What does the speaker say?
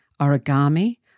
origami